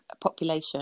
population